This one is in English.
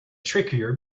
trickier